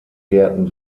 gärten